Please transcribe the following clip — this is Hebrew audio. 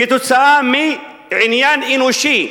בגלל עניין אנושי,